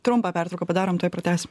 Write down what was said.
trumpą pertrauką padarom tuoj pratęs